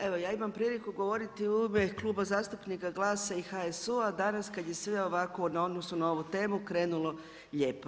Evo ja imam priliku govoriti u ime Kluba zastupnika GLAS-a i HSU-a danas kada je sve ovako na odnosu na ovu temu krenulo lijepo.